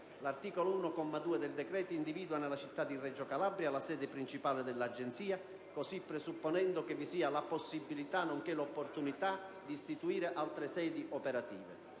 L'articolo 1, comma 2, del decreto individua nella città di Reggio Calabria la "sede principale" dell'Agenzia, così presupponendo che vi sia la possibilità, nonché l'opportunità di istituire altre sedi operative.